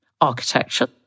architecture